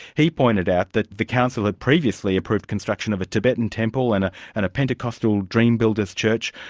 he pointed out that the council had previously approved construction of a tibetan temple and ah and a pentecostal dream builders church.